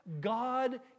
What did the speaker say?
God